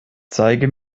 zeige